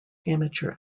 amateur